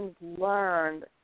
learned